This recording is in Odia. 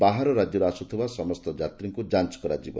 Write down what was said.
ବାହାର ରାକ୍ୟରୁ ଆସୁଥିବା ସମସ୍ତ ଯାତ୍ରୀମାନଙ୍କୁ ଯାଞ କରାଯିବ